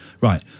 Right